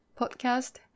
podcast